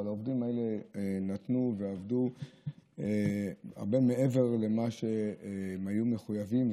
אבל העובדים האלה נתנו ועבדו הרבה מעבר למה שהם היו מחויבים.